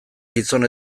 gizon